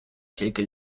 тільки